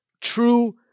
true